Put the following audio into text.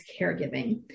caregiving